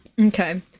Okay